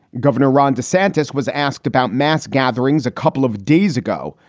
gov. and ron desantis was asked about mass gatherings a couple of days ago,